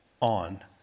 on